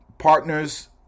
Partners